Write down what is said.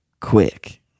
quick